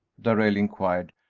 darrell inquired,